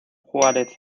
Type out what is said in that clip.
juárez